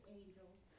angels